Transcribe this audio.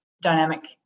dynamic